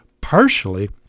partially